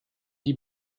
die